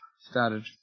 started